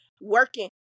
working